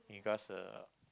because uh